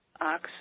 ox